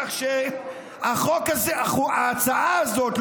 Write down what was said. כך שההצעה הזאת,